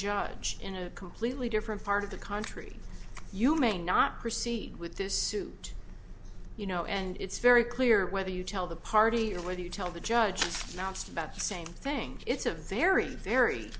judge in a completely different part of the country you may not proceed with this suit you know and it's very clear whether you tell the party or whether you tell the judge now it's about the same thing it's a very very